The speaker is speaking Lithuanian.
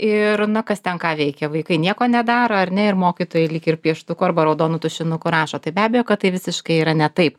ir na kas ten ką veikia vaikai nieko nedaro ar ne ir mokytojai lyg ir pieštuku arba raudonu tušinuku rašo tai be abejo kad tai visiškai yra ne taip